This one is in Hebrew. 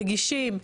רגישים,